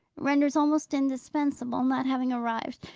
renders almost indispensable, not having arrived,